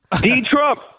D-Trump